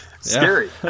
scary